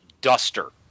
duster